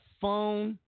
phone